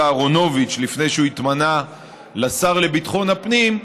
אהרונוביץ לפני שהוא התמנה לשר לביטחון הפנים,